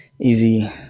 easy